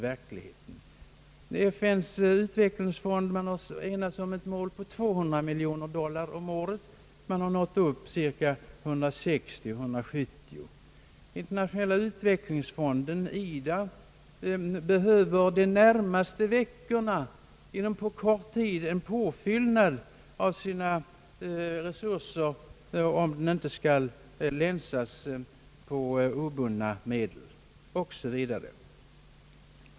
För FN:s utvecklingsfond har man enats om ett mål på 200 miljoner dollar om året men bara nått upp till 160—170 miljoner. Internationella utvecklingsfonden behöver snarast påfyllning av sina resurser om den inte skall länsas på obundna medel. Flera sådan exempel skulle kunna ges.